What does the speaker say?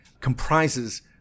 comprises